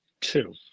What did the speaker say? two